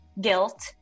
guilt